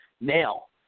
nail